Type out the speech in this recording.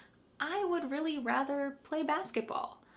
i would really rather play basketball.